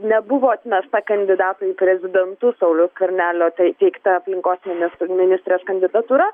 nebuvo atmesta kandidato į prezidentus sauliaus skvenelio tei teigta aplinkos ministr ministrės kandidatūra